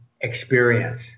experience